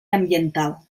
ambiental